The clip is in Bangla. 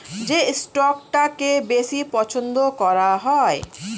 যে স্টকটাকে বেশি পছন্দ করা হয়